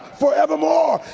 forevermore